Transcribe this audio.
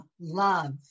love